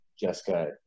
Jessica